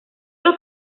los